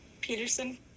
Peterson